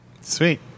Sweet